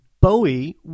Bowie